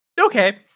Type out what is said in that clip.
Okay